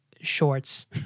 shorts